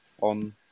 on